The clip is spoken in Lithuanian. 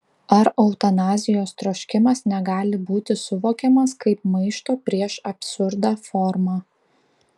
ar eutanazijos troškimas negali būti suvokiamas kaip maišto prieš absurdą forma